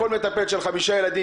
כל מטפלת של חמישה ילדים,